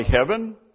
heaven